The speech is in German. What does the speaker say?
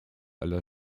aller